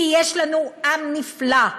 כי יש לנו עם נפלא,